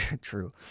true